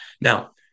Now